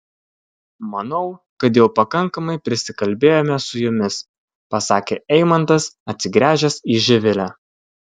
manau kad jau pakankamai prisikalbėjome su jumis pasakė eimantas atsigręžęs į živilę